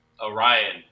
Orion